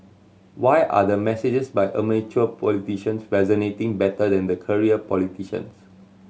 why are the messages by amateur politicians resonating better than the career politicians